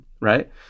right